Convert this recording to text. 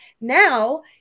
Now